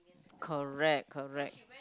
correct correct